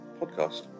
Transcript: podcast